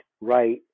right